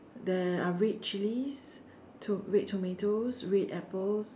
there are red chilies to~ red tomatoes red apples